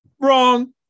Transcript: wrong